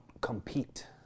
compete